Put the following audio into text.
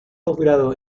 postgrado